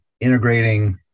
integrating